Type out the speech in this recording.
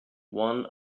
one